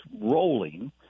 rolling